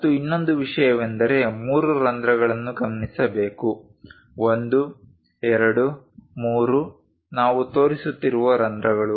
ಮತ್ತು ಇನ್ನೊಂದು ವಿಷಯವೆಂದರೆ ಮೂರು ರಂಧ್ರಗಳನ್ನು ಗಮನಿಸಬೇಕು 1 2 3 ನಾವು ತೋರಿಸುತ್ತಿರುವ ರಂಧ್ರಗಳು